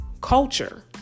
culture